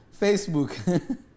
Facebook